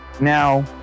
Now